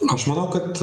aš manau kad